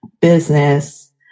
business